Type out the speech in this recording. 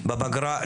בפגרה,